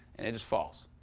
and it's false.